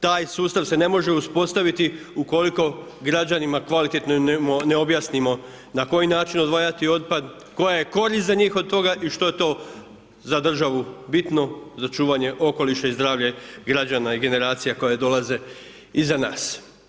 Taj sustav se ne može uspostaviti ukoliko građanima kvalitetno ne objasnimo na koji način odvajati otpad, koja je korist za njih od toga i što to za državu bitno za čuvanje okoliša i zdravlja građana i generacija koje dolaze iza nas.